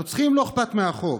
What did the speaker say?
לרוצחים לא אכפת מהחוק.